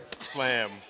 slam